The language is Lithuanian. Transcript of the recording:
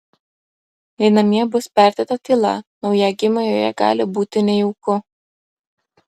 jei namie bus perdėta tyla naujagimiui joje gali būti nejauku